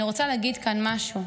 ואני רוצה להגיד כאן משהו.